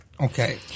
Okay